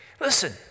Listen